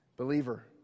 Believer